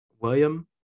William